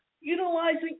Utilizing